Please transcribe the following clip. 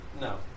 No